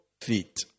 feet